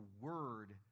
word